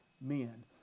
men